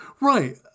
Right